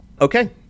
Okay